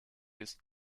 ist